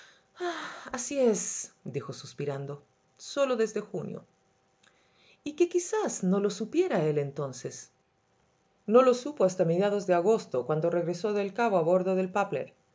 así esdijo suspirando sólo desde junio y que quizás no lo supiera él entonces no lo supo hasta mediados de agosto cuando regresó de el cabo a bordo del papler